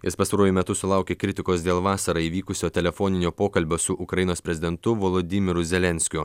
jis pastaruoju metu sulaukė kritikos dėl vasarą įvykusio telefoninio pokalbio su ukrainos prezidentu volodymyru zelenskiu